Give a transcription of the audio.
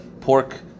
pork